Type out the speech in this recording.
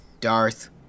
Darth